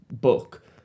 book